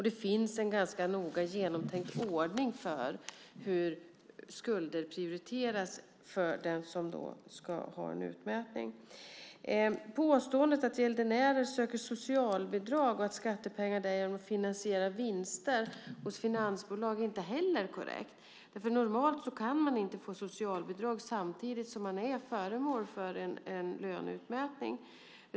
Det finns en ganska noga genomtänkt ordning för hur skulder prioriteras för den som ska ha en utmätning. Påståendet att gäldenärer söker socialbidrag och att skattepengar därigenom finansierar vinster hos finansbolag är inte heller korrekt. Normalt kan man inte få socialbidrag samtidigt som man är föremål för en löneutmätning.